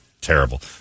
terrible